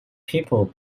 people